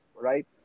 right